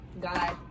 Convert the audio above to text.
God